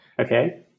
Okay